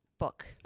book